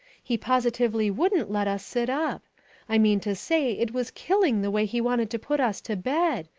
he positively wouldn't let us sit up i mean to say it was killing the way he wanted to put us to bed.